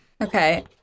Okay